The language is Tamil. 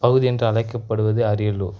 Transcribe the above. பகுதி என்று அழைக்கப்படுவது அரியலூர்